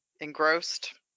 engrossed